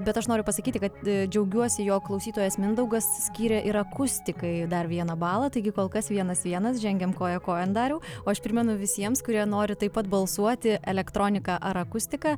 bet aš noriu pasakyti kad džiaugiuosi jog klausytojas mindaugas skyrė ir akustikai dar vieną balą taigi kol kas vienas vienas žengiam koja kojon dariau o aš primenu visiems kurie nori taip pat balsuoti elektronika ar akustika